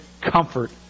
comfort